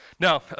Now